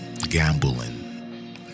gambling